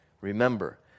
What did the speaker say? Remember